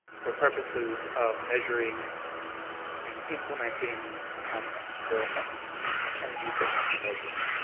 for purposes of measuring and implementing um and the the energy efficiency measures.